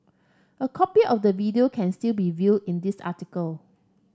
a copy of the video can still be viewed in this article